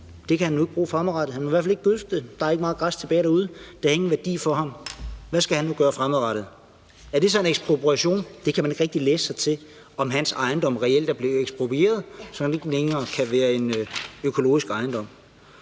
det kan han jo ikke bruge fremadrettet; han kan i hvert fald ikke gødske det, der er ikke ret meget græs tilbage derude, det har ingen værdi for ham. Hvad skal han nu gøre fremadrettet? Er det så en ekspropriation? Man kan ikke rigtig læse sig til, om hans ejendom reelt er blevet eksproprieret, så den ikke længere kan være en økologisk ejendom.